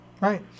Right